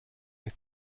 ist